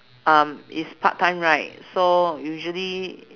um it's part time right so usually